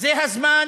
זה הזמן